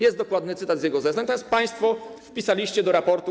Jest dokładny cytat z jego zeznań, natomiast państwo wpisaliście do raportu: